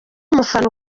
umufana